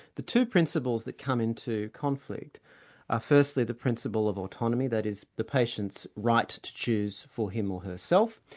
the two principles that come into conflict are firstly the principle of autonomy, that is, the patient's right to choose for him or herself,